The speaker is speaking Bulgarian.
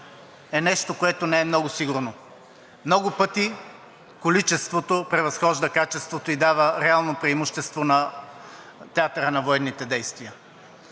е нещо, което не е много сигурно. Много пъти количеството превъзхожда качеството и дава реално преимущество на театъра на военните действия.